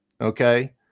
Okay